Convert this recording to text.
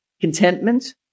Contentment